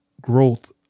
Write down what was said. growth